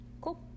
Cool